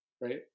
right